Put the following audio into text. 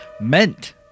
meant